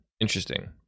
Interesting